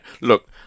Look